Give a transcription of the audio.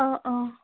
অঁ অঁ